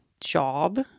job